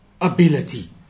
Ability